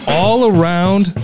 all-around